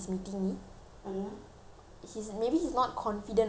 he is maybe he is not confident of what he wants to read that that is